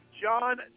John